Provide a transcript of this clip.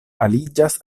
aliĝas